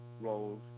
roles